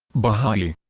baha'i